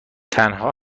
تنها